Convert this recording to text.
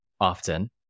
often